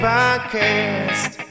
Podcast